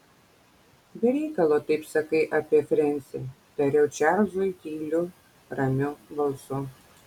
be reikalo taip sakai apie frensį tariau čarlzui tyliu ramiu balsu